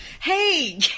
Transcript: Hey